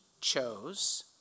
chose